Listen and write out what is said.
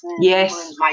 Yes